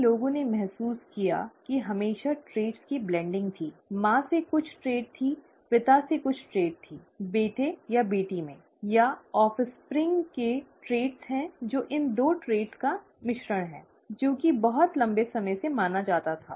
कई लोगों ने महसूस किया कि हमेशा लक्षणों की सम्मिश्रण थी माँ से कुछ विशेषता थी पिता से कुछ विशेषता थी बेटे या बेटी में या संतानों के लक्षण हैं जो इन दो लक्षणों का मिश्रण हैं जो कि बहुत लंबे समय से माना जाता था